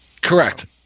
Correct